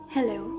Hello